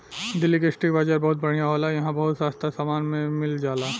दिल्ली के स्ट्रीट बाजार बहुत बढ़िया होला इहां बहुत सास्ता में सामान मिल जाला